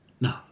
No